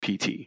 PT